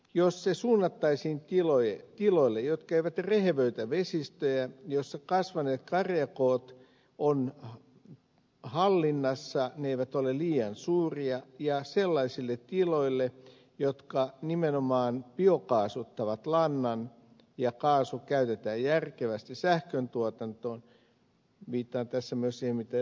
jos se suunnattaisiin tiloille jotka eivät rehevöitä vesistöjä joissa kasvaneet karjakoot on hallinnassa ne eivät ole liian suuria ja sellaisille tiloille jotka nimenomaan biokaasuttavat lannan ja kaasu käytetään järkevästi sähköntuotantoon viittaan tässä myös siihen mitä ed